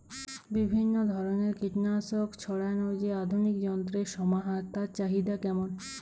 বিভিন্ন ধরনের কীটনাশক ছড়ানোর যে আধুনিক যন্ত্রের সমাহার তার চাহিদা কেমন?